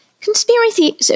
Conspiracy